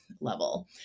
level